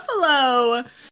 buffalo